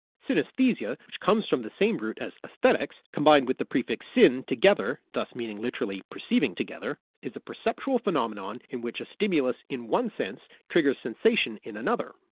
synesthesia, which comes from the same root as aesthetics combined with the prefix syn together thus meaning literally perceiving together, is a perceptual phenomenon in which a stimulus on one sense triggers sensation in another